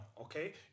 okay